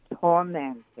tormented